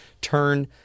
turn